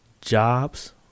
jobs